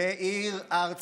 מאיר הר ציון.